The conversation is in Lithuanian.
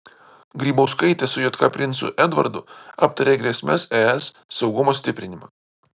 grybauskaitė su jk princu edvardu aptarė grėsmes es saugumo stiprinimą